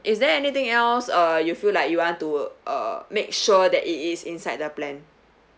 is there anything else uh you feel like you want to uh make sure that is inside the plan